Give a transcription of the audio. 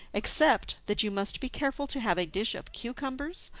except that you must be careful to have a dish of cucumbers,